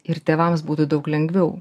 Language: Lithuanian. ir tėvams būtų daug lengviau